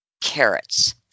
carrots